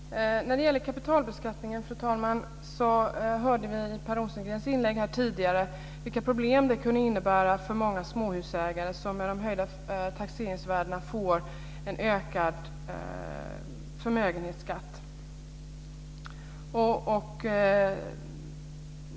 Fru talman! När det gäller kapitalbeskattningen hörde vi i Per Rosengrens inlägg här tidigare vilka problem det kunde innebära för många småhusägare som med de höjda taxeringsvärdena får en ökad förmögenhetsskatt.